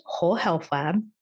wholehealthlab